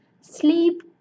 sleep